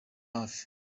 hafi